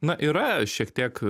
na yra šiek tiek